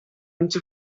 into